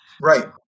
Right